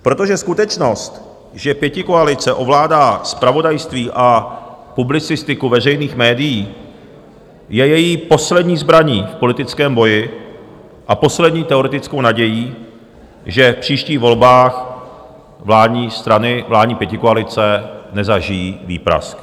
Protože skutečnost, že pětikoalice ovládá zpravodajství a publicistiku veřejných médií, je její poslední zbraní v politickém boji a poslední teoretickou nadějí, že v příštích volbách vládní strany, vládní pětikoalice, nezažijí výprask.